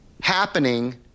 happening